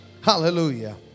Hallelujah